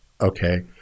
okay